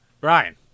Brian